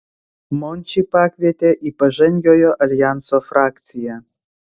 mončį pakvietė į pažangiojo aljanso frakciją